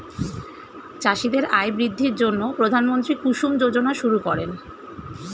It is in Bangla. চাষীদের আয় বৃদ্ধির জন্য প্রধানমন্ত্রী কুসুম যোজনা শুরু করেন